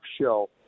show